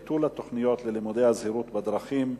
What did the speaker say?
הנושא הבא: ביטול התוכנית ללימודי הזהירות בדרכים,